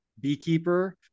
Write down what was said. beekeeper